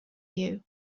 you